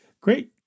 Great